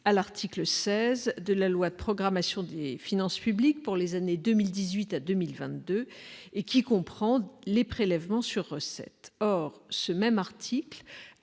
à l'article 16 de la loi de programmation des finances publiques pour les années 2018 à 2022, lequel comprend les prélèvements sur recettes. Or ce même article